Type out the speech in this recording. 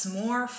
more